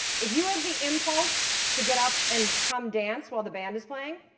if you have the impulse to get up and come dance while the band is playing,